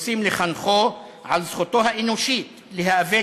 רוצים לחנך אותו על זכותו האנושית להיאבק